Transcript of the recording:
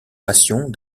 passions